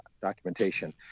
documentation